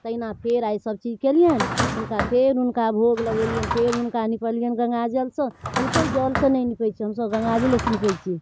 तहिना फेर आइ सबचीज केलिअनि हुनका फेर हुनका भोग लगेलिअनि फेर हुनका निपलिअनि गङ्गाजलसँ हमसभ जलसँ नहि निपै छिए हमसभ गङ्गाजलेसँ निपै छिए